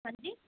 ਹਾਂਜੀ